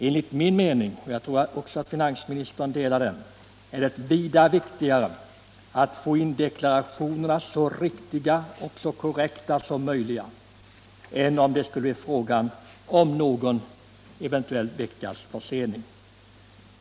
Enligt min mening — och jag tror att finansministern delar den — är det allra viktigaste att få in deklarationerna så korrekta som möjligt, även om det då eventuellt skulle bli fråga om någon veckas försening.